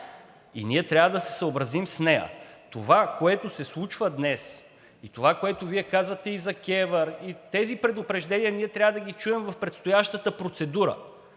и ние трябва да се съобразим с нея. Това, което се случва днес, и това, което Вие казвате за КЕВР – тези предупреждения ние трябва да ги чуем в предстоящата процедура.